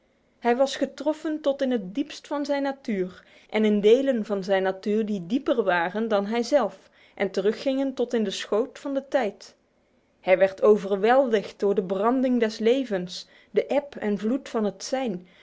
hij was getroffen tot in het diepst van zijn natuur en in delen van zijn natuur die dieper waren dan hij zelf en teruggingen tot in de schoot van de tijd hij werd overweldigd door de branding des levens de eb en vloed van het zijn